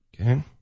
Okay